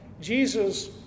Jesus